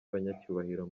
banyacyubahiro